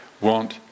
want